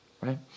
right